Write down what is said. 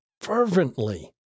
fervently